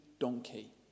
donkey